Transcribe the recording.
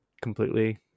completely